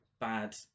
bad